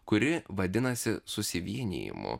kuri vadinasi susivienijimu